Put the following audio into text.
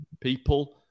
people